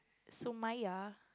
so mine ya